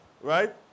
right